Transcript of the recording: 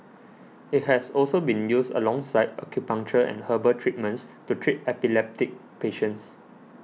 it has also been used alongside acupuncture and herbal treatments to treat epileptic patients